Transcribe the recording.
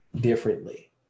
differently